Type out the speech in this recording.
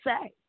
say